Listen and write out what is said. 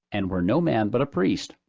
and where no man but a priest,